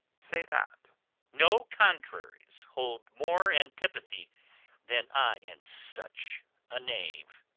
say that no contraries hold more antipathy than i and such a knave.